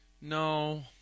No